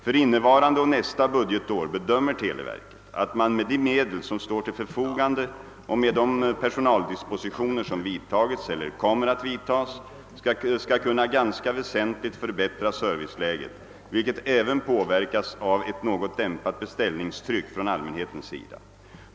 För innevarande och nästa budgetår bedömer televerket, att man — med de medel som står till förfogande och med de personaldispositioner som vidtagits eller kommer att vidtas — skall kunna ganska väsentligt förbättra serviceläget, vilket även påverkas av ett något dämpat beställningstryck från allmänhetens sida.